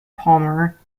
palmer